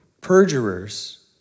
perjurers